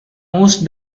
most